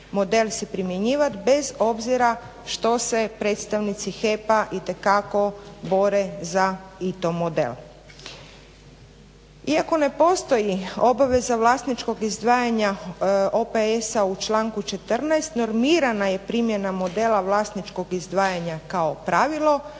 Iako ne postoji obaveza vlasničkog izdvajanja OPS-a u članku 14. normirana je primjena modela vlasničkog izdvajanja kao pravilo,